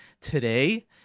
today